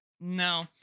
No